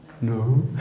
No